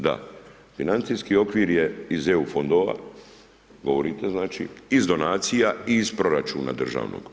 Da, financijski okvir je iz EU fondova, govorite znači, iz donacija i iz proračuna državnog.